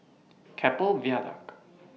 Keppel Viaduct